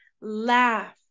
laugh